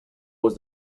was